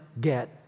get